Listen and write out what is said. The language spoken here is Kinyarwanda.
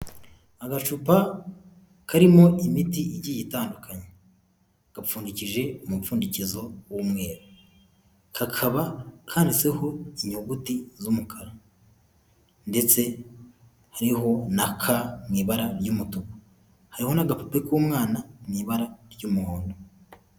Agacupa karimo imiti igiye itandukanye kapfundikije umupfundikizo wumweru kakaba karutseho inyuguti z'umukara ndetse hariho na'akamebara y'amatuku hariho n'akapu k'umwana'bara ry'umuhondo.